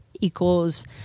equals